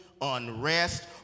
unrest